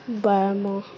ବାମ